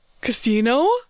Casino